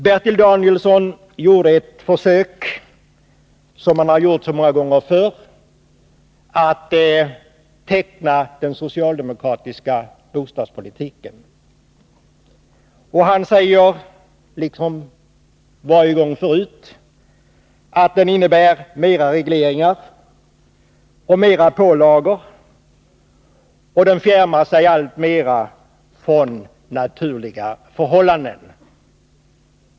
Bertil Danielsson gjorde ett försök, som han har gjort så många gånger förr, att teckna den socialdemokratiska bostadspolitiken. Han säger, liksom varje gång förut, att den innebär fler regleringar, fler pålagor och att den alltmera fjärmar sig från naturliga förhållanden.